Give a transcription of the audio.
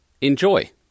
Enjoy